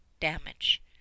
damage